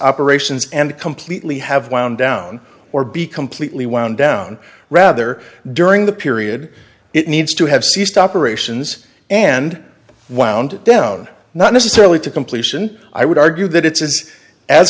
operations and completely have wound down or be completely wound down rather during the period it needs to have ceased operations and wound down not necessarily to completion i would argue that it's is